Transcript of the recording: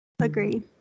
agree